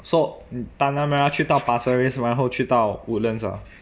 so tanah merah 去到 pasir ris 然后去到 woodlands ah